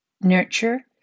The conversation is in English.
nurture